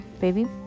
baby